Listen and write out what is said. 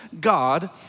God